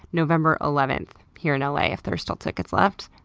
november eleventh here in ah la if there's still tickets left,